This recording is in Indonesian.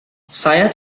saya